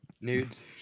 nudes